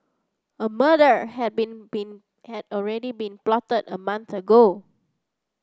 a murder had been been had already been plotted a month ago